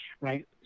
right